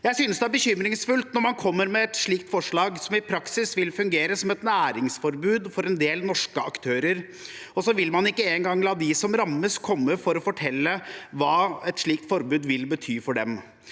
Jeg synes det er bekymringsfullt at når man kommer med et slikt forslag, som i praksis vil fungere som et næringsforbud for en del norske aktører, vil man ikke engang la dem som rammes, komme for å fortelle hva et slikt forbud vil bety for dem.